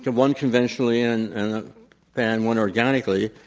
and one conventionally and and one organically,